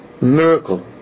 miracle